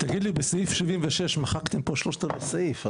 בסעיף 76, מחקתם פה שלושת רבעי סעיף.